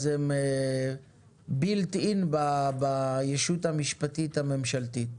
אז הם שם דבר מובנה בישות המשפטית הממשלתית.